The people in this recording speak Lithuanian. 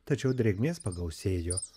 tačiau drėgmės pagausėjo